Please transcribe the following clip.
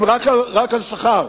הם רק על שכר.